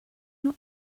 not